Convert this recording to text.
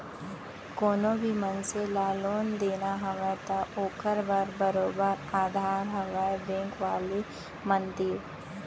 कोनो भी मनसे ल लोन देना हवय त ओखर बर बरोबर अधार हवय बेंक वाले मन तीर